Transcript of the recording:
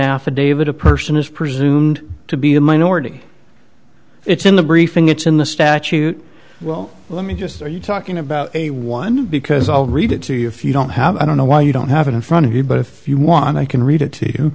affidavit a person is presumed to be a minority it's in the briefing it's in the statute well let me just are you talking about one because all read it to you if you don't have i don't know why you don't have it in front of you but if you want i can read it to